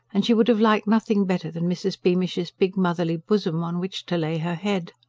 and she would have liked nothing better than mrs. beamish's big motherly bosom, on which to lay her head.